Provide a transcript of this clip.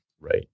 Right